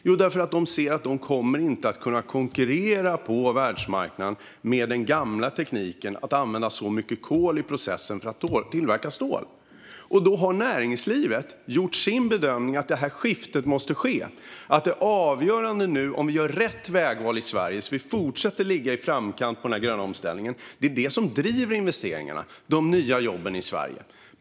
Jo, för att de ser att de inte kommer att kunna konkurrera på världsmarknaden med den gamla tekniken där man använder väldigt mycket kol i processen för att tillverka stål. Näringslivet har därför gjort bedömningen att skiftet måste ske. Det avgörande nu är att vi gör rätt vägval i Sverige så att vi fortsätter ligga i framkant av den gröna omställningen. Det är det som driver investeringarna och de nya jobben i Sverige.